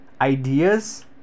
ideas